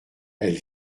elle